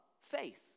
faith